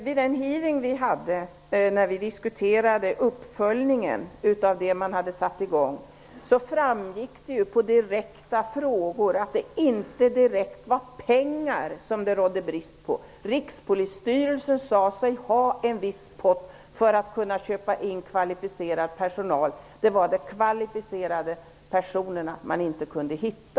Vid den hearing som vi hade och där vi diskuterade uppföljningen av det man hade satt i gång framgick det på konkreta frågor att det inte direkt var pengar som det rådde brist på. Rikspolisstyrelsen sade sig ha en viss pott för att kunna köpa in kvalificerad personal. Det var de kvalificerade personerna man inte kunde hitta.